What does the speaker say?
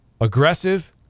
aggressive